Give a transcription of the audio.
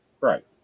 Right